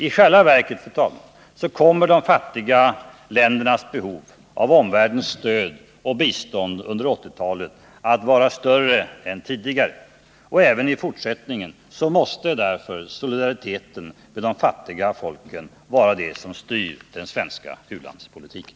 I själva verket kommer, fru talman, de fattiga ländernas behov av omvärldens stöd och bistånd under 1980-talet att vara större än tidigare. Även i fortsättningen måste därför solidariteten med de fattiga folken vara det som styr den svenska u-landspolitiken.